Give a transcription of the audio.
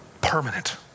Permanent